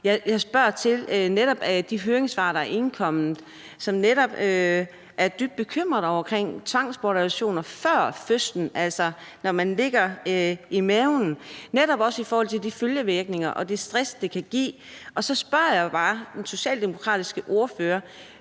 Jeg spørger til netop de høringssvar, der er indkommet, hvor man netop er dybt bekymret over tvangsbortadoption før fødslen, altså når man ligger i maven. Det handler også om de følgevirkninger og det stress, det kan give. Og så spørger jeg bare den socialdemokratiske ordfører: